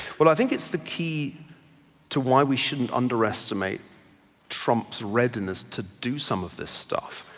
well i think it's the key to why we shouldn't underestimate trump's readiness to do some of this stuff.